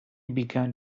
began